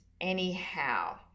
anyhow